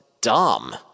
dumb